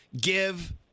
Give